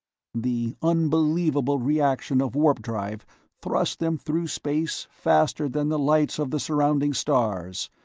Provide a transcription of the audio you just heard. the unbelievable reaction of warp-drive thrust them through space faster than the lights of the surrounding stars,